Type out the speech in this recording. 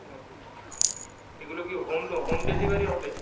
হুম এগুলো কি home home delivery হবে